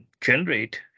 generate